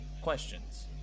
questions